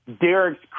Derek's